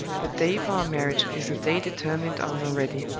the day for our marriage is a day determined on already.